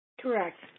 correct